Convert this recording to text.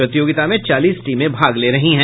प्रतियोगिता में चालीस टीमें भाग ले रही हैं